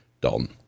Dalton